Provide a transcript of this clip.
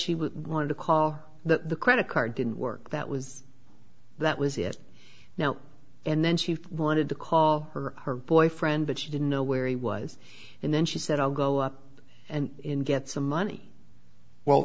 she would want to call the credit card didn't work that was that was it now and then she wanted to call her her boyfriend but she didn't know where he was in then she said i'll go up and in get some money w